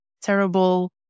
terrible